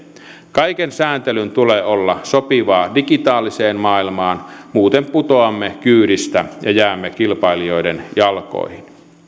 kaiken sääntelyn tulee olla sopivaa digitaaliseen maailmaan muuten putoamme kyydistä ja jäämme kilpailijoiden jalkoihin